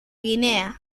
guinea